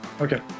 Okay